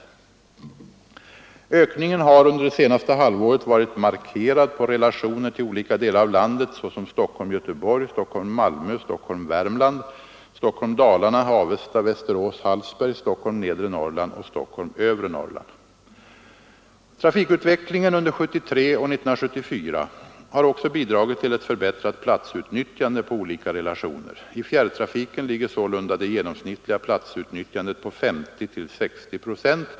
Ökningen har under det senaste halvåret varit markerad på relationer till olika delar av landet, såsom Stockholm— Göteborg, Stockholm-Malmö, Stockholm— Värmland, Stockholm—Dalarna, Avesta—Västerås/Hallsberg, Stockholm—nedre Norrland och Stockholm—övre Norrland. Trafikutvecklingen under 1973 och 1974 har också bidragit till ett förbättrat platsutnyttjande på olika relationer. I fjärrtrafiken ligger sålunda det genomsnittliga platsutnyttjandet på 50—60 procent.